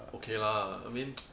okay lah I mean